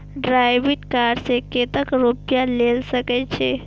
Debit card से कतेक रूपया ले सके छै?